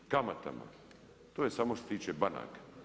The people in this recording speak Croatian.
Kamatama, to je samo što se tiče banaka.